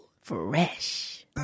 Fresh